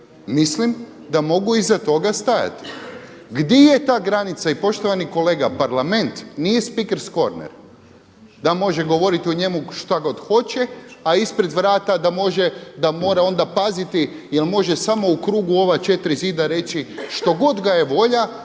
mislim da mogu iza toga stajati. Gdje je ta granica i poštovani kolega Parlament nije speakers corner da može govoriti o njemu šta god hoće, a ispred vrata da može, da mora onda paziti jel' može samo u krugu ova četiri zida reći što god ga je volja,